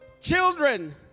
children